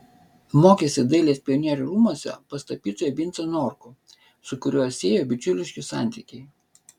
mokėsi dailės pionierių rūmuose pas tapytoją vincą norkų su kuriuo siejo bičiuliški santykiai